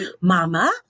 mama